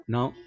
Now